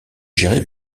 gérée